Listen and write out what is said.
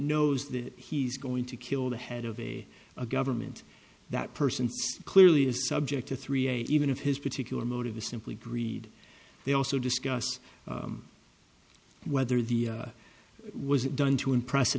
knows that he's going to kill the head of a government that person clearly is subject to three a even if his particular motive is simply greed they also discussed whether the was done to impress a